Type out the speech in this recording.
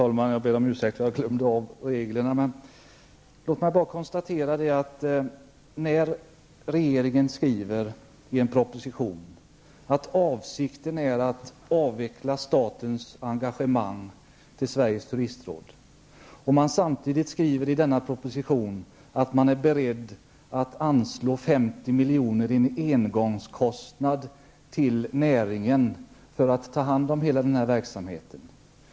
Herr talman! Regeringen skriver i en proposition att avsikten är att avveckla engagemanget i Sveriges turistråd och skriver samtidigt i den proposition som vi nu behandlar att man är beredd att anslå 50 milj.kr. i engångsbelopp till näringen för att ta hand om hela den verksamhet som hittills bedrivits av turistrådet.